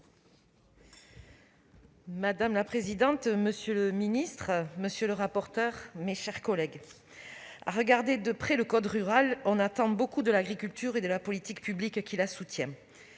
Madame la présidente, monsieur le ministre, mes chers collègues, à regarder de près le code rural, on attend beaucoup de l'agriculture et de la politique publique qui la soutient